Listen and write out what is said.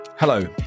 Hello